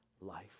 life